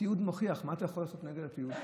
התיעוד מוכיח, ומה אתה יכול לעשות נגד התיעוד?